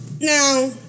now